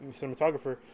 cinematographer